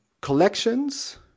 collections